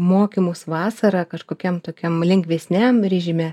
mokymus vasarą kažkokiam tokiam lengvesniam rėžime